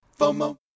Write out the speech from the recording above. FOMO